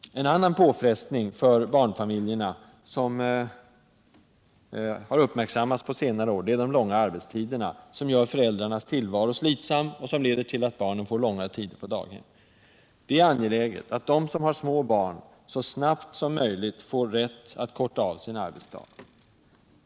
En annan påfrestning på barnfamiljerna, som har uppmärksammats på senare år, är de långa arbetstiderna som gör föräldrarnas tillvaro slitsam och som leder till att barnen får vara långa tider på daghemmen. Det är angeläget att de som har små barn så snabbt som möjligt får rätt att korta av sin arbetsdag.